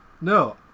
No